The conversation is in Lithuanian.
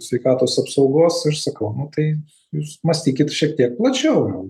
sveikatos apsaugos ir sakau nu tai jūs mąstykit šiek tiek plačiau